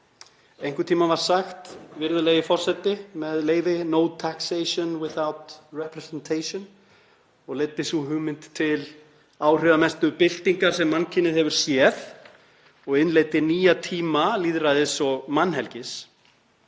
tímann var sagt, virðulegi forseti, með leyfi, „No taxation without representation“ og leiddi sú hugmynd til áhrifamestu byltingar sem mannkynið hefur séð og innleiddi nýja tíma lýðræðis og mannhelgi.